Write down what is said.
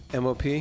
MOP